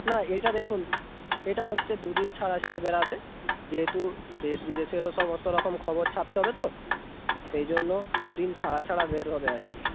না এটা দেখুন এটা হচ্ছে দু দিন ছাড়া ছাড়া বেরাবে যেহেতু দেশ বিদেশেরও সমস্ত রকম খবর ছাপতে হবে তো সেই জন্য দু দিন ছাড়া ছাড়া বের হবে আর কি